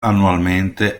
annualmente